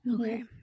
okay